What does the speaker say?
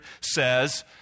says